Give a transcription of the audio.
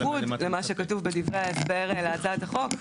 בניגוד למה שכתוב בדברי ההסבר להצעת החוק,